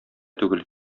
түгел